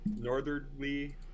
northerly